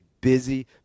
busy